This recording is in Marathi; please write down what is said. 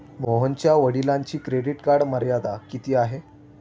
मोहनच्या वडिलांची क्रेडिट कार्ड मर्यादा किती आहे?